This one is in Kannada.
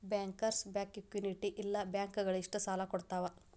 ಬ್ಯಾಂಕರ್ಸ್ ಬ್ಯಾಂಕ್ ಕ್ಮ್ಯುನಿಟ್ ಇಲ್ಲ ಬ್ಯಾಂಕ ಗಳಿಗಷ್ಟ ಸಾಲಾ ಕೊಡ್ತಾವ